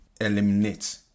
eliminate